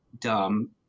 dumb